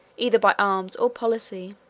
either by arms or policy,